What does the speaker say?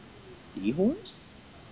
Seahorse